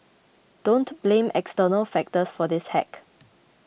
don't blame external factors for this hack